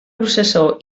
processó